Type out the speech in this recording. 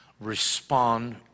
respond